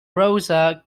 rosa